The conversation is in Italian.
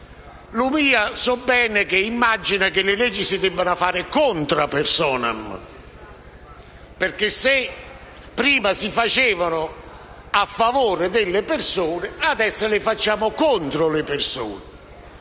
Lumia immagina che le leggi si debbano fare *contra personam* perché, se prima si facevano a favore delle persone, adesso le facciamo contro le persone.